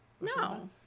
No